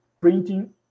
printing